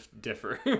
differ